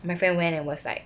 my friend went and was like